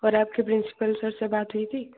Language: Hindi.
और आपकी प्रिंसिपल सर से बात हुई थी